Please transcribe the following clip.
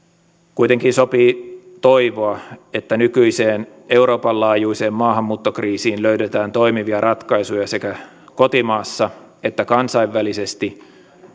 kuitenkin sopii toivoa että nykyiseen euroopan laajuiseen maahanmuuttokriisiin löydetään toimivia ratkaisuja sekä kotimaassa että kansainvälisesti